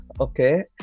okay